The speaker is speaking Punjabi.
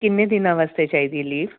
ਕਿੰਨੇ ਦਿਨਾਂ ਵਾਸਤੇ ਚਾਹੀਦੀ ਲੀਵ